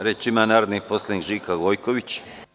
Reč ima narodni poslanik Žika Gojković.